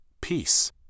peace